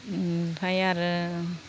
ओमफाय आरो